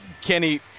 Kenny